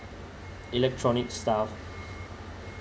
electronic stuff